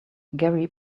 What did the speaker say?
gary